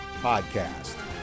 Podcast